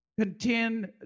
Contend